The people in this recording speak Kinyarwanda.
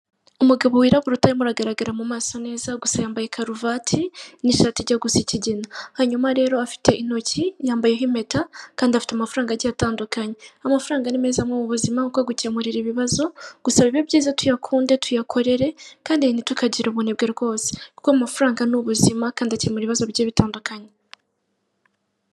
Umugabo wirabura utarimo uragaragara mu maso neza gusa yambaye karuvati n'ishati ijya gusa ikigina, hanyuma rero afite intoki yambayeho impeta kandi afite amafaranga agiye atandukanye. Amafaranga ni meza mu ubu buzima kuko agukemurira ibibazo, gusa bibe byiza tuyakunde, tuyakorere kandi ntitukagire ubunebwe rwose kuko amafaranga ni ubuzima kandi akemura ibibazo bigiye bitandukanye.